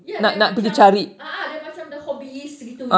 ya they are macam a'ah they macam the hobbies gitu